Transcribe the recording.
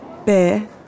Bear